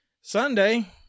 Sunday